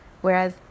whereas